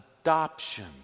adoption